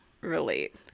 relate